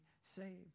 saved